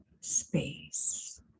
space